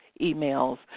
emails